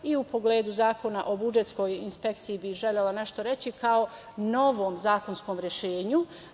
U pogledu Zakona o budžetskoj inspekciji bih želela nešto reći kao novom zakonskom rešenju.